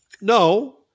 No